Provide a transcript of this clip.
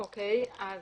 אז